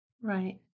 Right